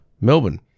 melbourne